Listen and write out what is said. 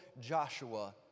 Joshua